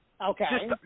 Okay